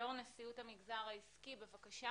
יו"ר נשיאות המגזר העסקי, בבקשה.